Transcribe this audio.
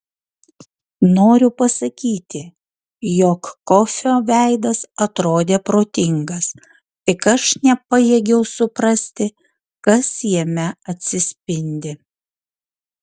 noriu pasakyti jog kofio veidas atrodė protingas tik aš nepajėgiau suprasti kas jame atsispindi